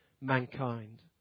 mankind